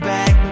Back